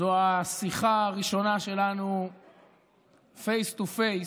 זו השיחה הראשונה שלנוface to face